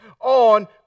on